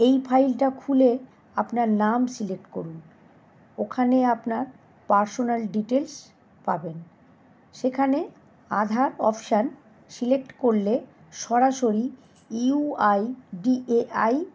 এই ফাইলটা খুলে আপনার নাম সিলেক্ট করুন ওখানে আপনার পার্সোনাল ডিটেলস পাবেন সেখানে আধার অপশান সিলেক্ট করলে সরাসরি ইউআইডিএআই